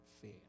fear